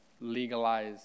legalize